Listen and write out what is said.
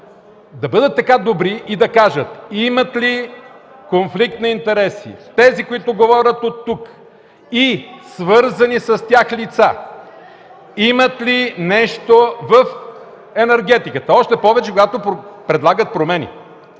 да бъдат така добри и да кажат имат ли конфликт на интереси – тези, които говорят оттук и свързани с тях лица, имат ли нещо в енергетиката? Още повече, когато предлагат промени